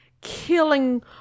killing